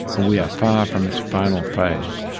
and we are far from its final phase.